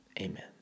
Amen